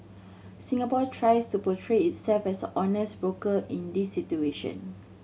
Singapore tries to portray itself as an honest broker in these situation